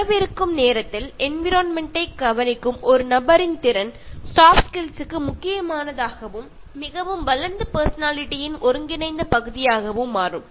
வரவிருக்கும் நேரத்தில் என்விரொண்மெண்ட் ட்டைக் கவனிக்கும் ஒரு நபரின் திறன் சாஃப்ட் ஸ்கில்ஸ் க்கு முக்கியமானதாகவும் மிகவும் வளர்ந்த பர்சனாலிட்டி யின் ஒருங்கிணைந்த பகுதியாகவும் மாறும்